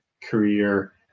career